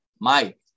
Mike